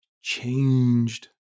changed